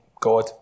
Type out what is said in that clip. God